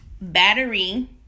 Battery